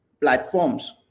platforms